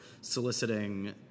soliciting